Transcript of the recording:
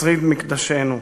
שריד מקדשנו.